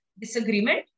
disagreement